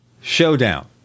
showdown